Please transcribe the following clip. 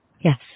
Yes